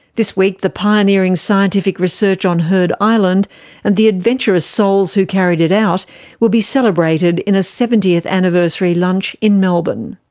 this week the pioneering scientific research on heard island and the adventurous souls who carried it out will be celebrated in a seventieth anniversary lunch in melbourne.